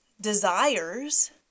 desires